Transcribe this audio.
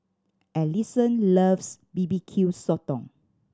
Alison loves B B Q Sotong